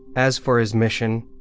as for his mission,